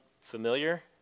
familiar